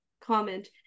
comment